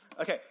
Okay